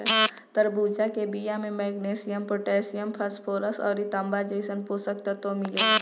तरबूजा के बिया में मैग्नीशियम, पोटैशियम, फास्फोरस अउरी तांबा जइसन पोषक तत्व मिलेला